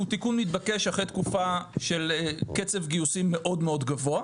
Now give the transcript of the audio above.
שהוא מתבקש לאחר תקופה של קצב גיוסים מאוד מאוד גבוה,